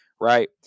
Right